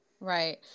Right